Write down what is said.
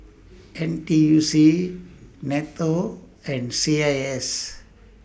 N T U C NATO and C I S